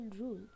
rule